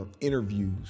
interviews